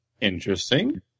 Interesting